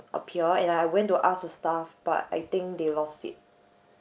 appear and I went to ask a staff but I think they lost it